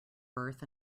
birth